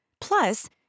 Plus